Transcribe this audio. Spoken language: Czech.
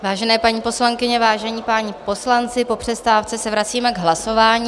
Vážené paní poslankyně, vážení páni poslanci, po přestávce se vracíme k hlasování.